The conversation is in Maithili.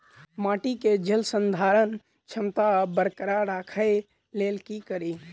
माटि केँ जलसंधारण क्षमता बरकरार राखै लेल की कड़ी?